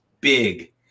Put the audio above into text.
big